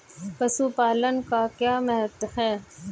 पशुपालन का क्या महत्व है?